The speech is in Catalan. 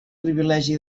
privilegi